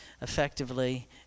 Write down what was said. effectively